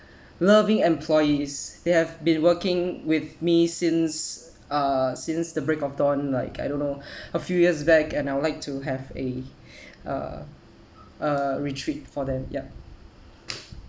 loving employees they have been working with me since uh since the break of dawn like I don't know a few years back and I would like to have a uh a retreat for them yup